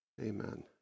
Amen